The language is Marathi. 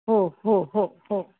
हो हो हो हो